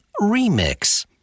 Remix